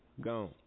Gone